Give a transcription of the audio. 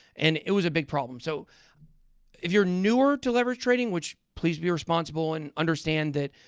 and it was a big problem, so if you're newer to leverage trading which please be responsible and understand that,